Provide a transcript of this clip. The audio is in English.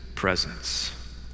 Presence